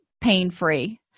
pain-free